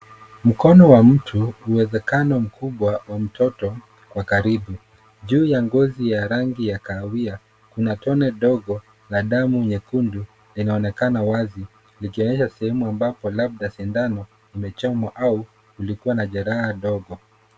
Mkono wa mtu, uwezakano mkubwa, wa mtoto, kwa karibu. Juu ya ngozi ya rangi ya kahawia, kuna tone dogo la damu nyekundu linaonekana wazi, likionyesha sehemu ambapo labda sindano imechomwa au kulikuwa na jeraha kadogo.